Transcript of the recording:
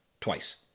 twice